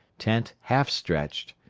tent half stretched,